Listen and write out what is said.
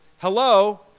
Hello